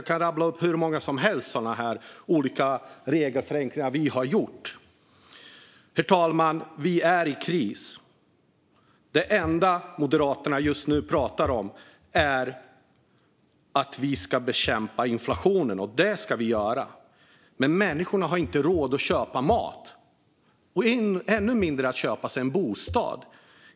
Jag kan rabbla upp hur många regelförenklingar som helst som vi har gjort. Herr talman! Vi är i kris. Det enda som Moderaterna just nu pratar om är att vi ska bekämpa inflationen. Och det ska vi göra. Men människor har inte råd att köpa mat och ännu mindre att köpa sig en bostad.